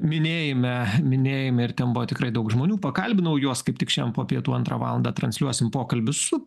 minėjime minėjime ir ten buvo tikrai daug žmonių pakalbinau jos kaip tik šiadien po pietų antrą valandą transliuosim pokalbius su